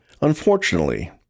Unfortunately